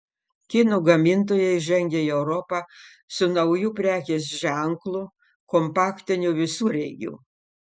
kinų gamintojai žengia į europą su nauju prekės ženklu kompaktiniu visureigiu